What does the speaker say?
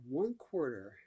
one-quarter